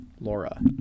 Laura